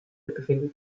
befindet